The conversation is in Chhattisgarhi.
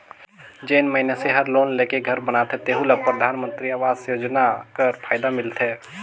जेन मइनसे हर लोन लेके घर बनाथे तेहु ल परधानमंतरी आवास योजना कर फएदा मिलथे